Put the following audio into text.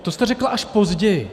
To jste řekl až později.